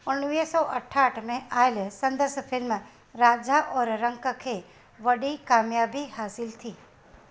उणिवीह सौ अठाहठि में आयल संदसि फिल्म राजा और रंक खे वॾी क़ामियाबी हासिलु थी